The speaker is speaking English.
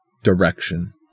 direction